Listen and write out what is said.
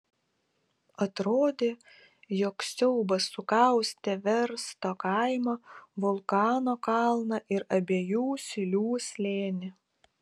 atrodė jog siaubas sukaustė versto kaimą vulkano kalną ir abiejų silių slėnį